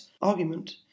argument